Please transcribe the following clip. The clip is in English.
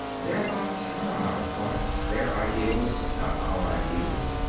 their thoughts are not our thoughts, their ideals not our ideals.